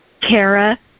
Kara